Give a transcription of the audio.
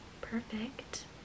Perfect